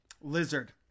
Lizard